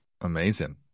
Amazing